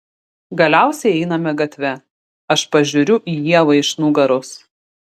galiausiai einame gatve aš pažiūriu į ievą iš nugaros